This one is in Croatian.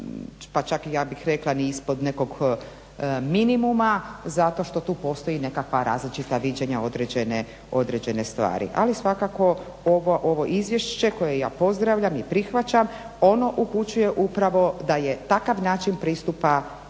pa čak ja bih rekla ni ispod nekog minimuma zato što tu postoji nekakva različita viđenja određene stvari. Ali svakako ovo Izvješće koje ja pozdravljam i prihvaćam ono upućuje upravo da da je takav način pristupa